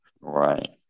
right